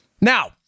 Now